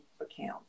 account